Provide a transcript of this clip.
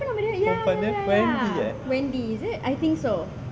perempuan tu apa eh wendy eh